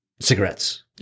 cigarettes